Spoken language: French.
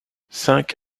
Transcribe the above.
cinq